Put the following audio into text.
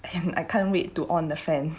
and I can't wait to on the fan